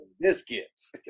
biscuits